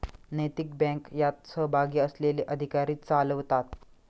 नैतिक बँक यात सहभागी असलेले अधिकारी चालवतात